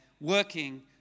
working